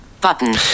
button